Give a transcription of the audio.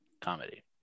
Comedy